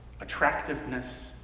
attractiveness